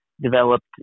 developed